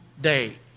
day